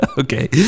Okay